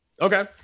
okay